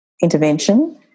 intervention